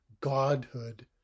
godhood